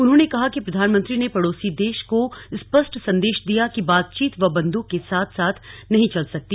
उन्होंने कहा कि प्रधानमंत्री ने पड़ोसी देश को स्पष्ट संदेश दिया कि बातचीत व बंद्रक साथ साथ नही चल सकती